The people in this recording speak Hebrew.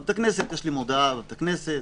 בבית הכנסת יש לי מודעה בבית הכנסת,